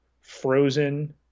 Frozen